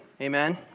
Amen